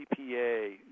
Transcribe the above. CPA